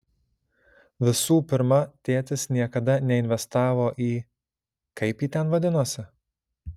visų pirma tėtis niekada neinvestavo į kaip ji ten vadinosi